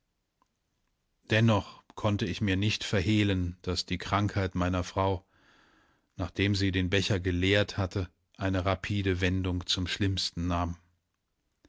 dennoch konnte ich mir nicht verhehlen daß die krankheit meiner frau nachdem sie den becher geleert hatte eine rapide wendung zum schlimmsten nahm